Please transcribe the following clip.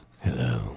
hello